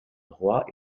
droit